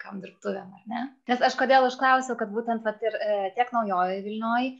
tom dirbtuvėm ar ne nes aš kodėl aš klausiau kad būtent vat ir tiek naujojoje vilnioje